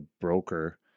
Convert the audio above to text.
broker